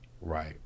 Right